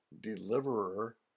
deliverer